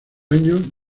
año